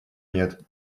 нет